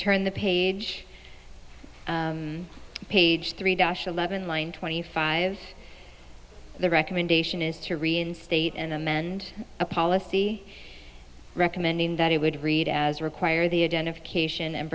turn the page to page three dosh eleven line twenty five the recommendation is to reinstate and amend a policy recommending that it would read as require the identification and